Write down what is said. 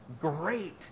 great